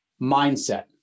mindset